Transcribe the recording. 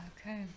Okay